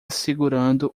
segurando